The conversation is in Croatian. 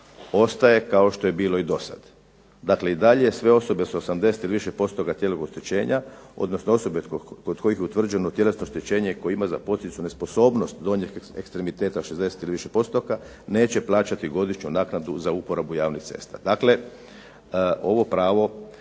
i dalje kao što je bilo do sada. Dakle i dalje sve osobe sa 80 ili više posto tjelesnog oštećenja odnosno osobe kod kojih je utvrđeno tjelesno oštećenje koje ima za posljedicu nesposobnost donjih ekstremiteta 60 ili više postotaka neće plaćati godišnju naknadu za uporabu javnih cesta. Dakle, ovo pravo